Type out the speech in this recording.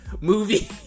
movie